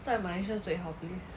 住在 malaysia 最好 please